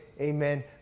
amen